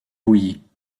bouillie